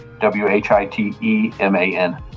W-H-I-T-E-M-A-N